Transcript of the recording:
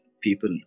people